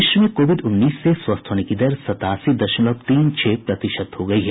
देश में कोविड उन्नीस से स्वस्थ होने की दर सतासी दशमलव तीन छह प्रतिशत हो गयी है